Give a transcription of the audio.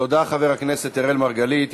תודה, חבר הכנסת אראל מרגלית.